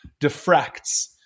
diffracts